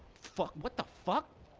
fuck. what the fuck?